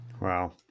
Wow